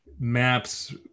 maps